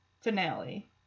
finale